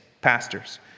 pastors